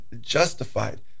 justified